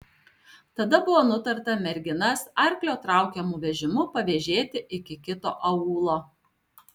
tada buvo nutarta merginas arklio traukiamu vežimu pavėžėti iki kito aūlo